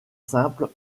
simple